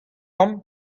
amañ